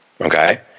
Okay